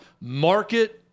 market